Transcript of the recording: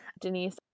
denise